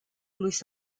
luis